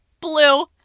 blue